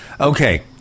Okay